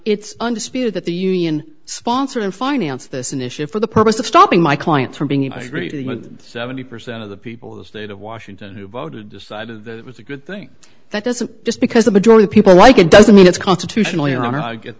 it's undisputed that the union sponsored and finance this initiative for the purpose of stopping my clients from being a seventy percent of the people of the state of washington who voted decided that it was a good thing that doesn't just because the majority of people like it doesn't mean it's constitutionally honored i get